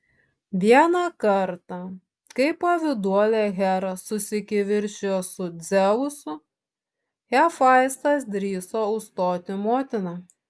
vieną kartą kai pavyduolė hera susikivirčijo su dzeusu hefaistas drįso užstoti motiną